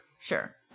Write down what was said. sure